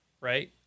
right